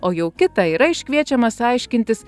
o jau kitą yra iškviečiamas aiškintis